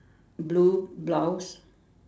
blue blouse